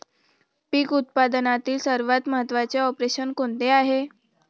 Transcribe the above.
पीक उत्पादनातील सर्वात महत्त्वाचे ऑपरेशन कोणते आहे?